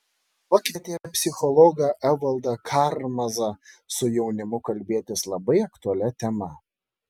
pakvietė psichologą evaldą karmazą su jaunimu kalbėtis labai aktualia tema